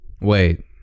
wait